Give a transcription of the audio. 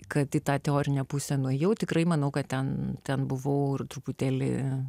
kad į tą teorinę pusę nuėjau tikrai manau kad ten ten buvau ir truputėlį